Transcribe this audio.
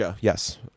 yes